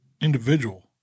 individual